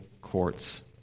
courts